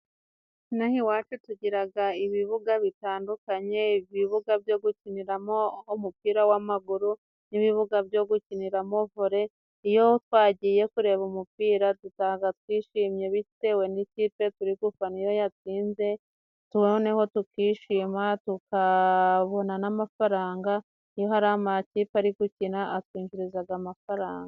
Inaha iwacu tugiraga ibibuga bitandukanye, ibibuga byo gukiniramo nk'umupira w'amaguru n'ibibuga byo gukinira vole. Iyo twagiye kureba umupira dutaha twishimye bitewe n'ikipe turi gufana iyo yatsinze, noneho tukishima tukabona n'amafaranga. Iyo hari amakipe ari gukina atwinjirizaga amafaranga.